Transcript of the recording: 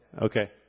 Okay